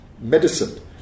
medicine